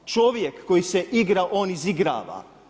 Čovjek koji se igra on izigrava.